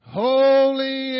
holy